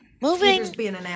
Moving